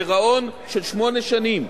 גירעון של שמונה שנים,